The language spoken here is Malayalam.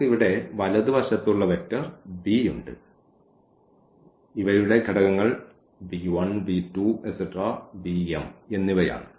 നമുക്ക് ഇവിടെ വലതുവശത്തുള്ള വെക്റ്റർ b ഉണ്ട് ഇവയുടെ ഘടകങ്ങൾ ഈ എന്നിവയാണ്